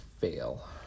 fail